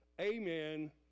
Amen